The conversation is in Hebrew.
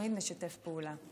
תמיד-תמיד נשתף פעולה.